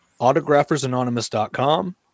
Autographersanonymous.com